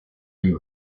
you